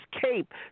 cape